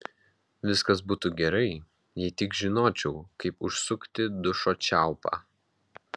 viskas būtų gerai jei tik žinočiau kaip užsukti dušo čiaupą